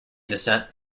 descent